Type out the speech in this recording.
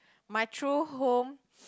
my true home